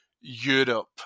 Europe